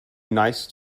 nice